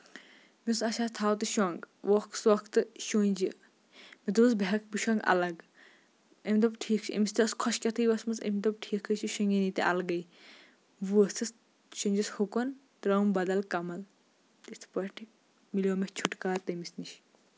مےٚ دوُپُس اچھا تھاو تہٕ شۄنگ وۄکھ سۄکھ تہٕ شٔنجۍ یہِ مےٚ دوٚپُس بہٕ ہیٚکہٕ بہٕ شۄنگہٕ الگ أمۍ دوٚپ ٹھیٖک چھُ أمِس تہِ ٲس کھۄشکیتھے وژھمٕژ أمۍ دوٚپ ٹھیٖکے چھُ شٔنگِن یہِ تہِ الگٕے بہٕ ؤژھٕس شٔنجِس ہُکُن ترٲوٕم بدَل کمل اِتھ پٲٹھۍ ملیو مےٚ چھُٹکارٕ تٔمِس نِش